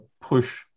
push